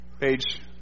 Page